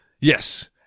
Yes